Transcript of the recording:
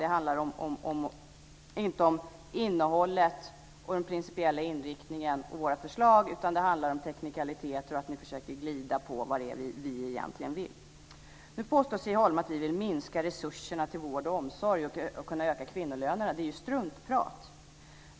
Det handlar inte om innehållet och den principiella inriktningen på våra förslag, utan det handlar om teknikaliteter och om att ni försöker glida på vad det är vi egentligen vill. Nu påstår Siv Holma att vi vill minska resurserna till vård och omsorg och kunna öka kvinnolönerna. Det är struntprat.